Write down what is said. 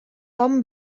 tom